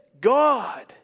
God